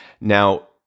Now